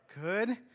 Good